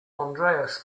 andreas